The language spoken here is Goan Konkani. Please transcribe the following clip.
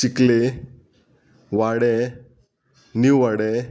चिकले वाडें न्यू वाडें